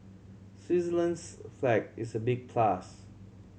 Switzerland's flag is a big plus